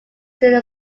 student